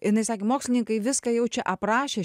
jinai sakė mokslininkai viską jau čia aprašę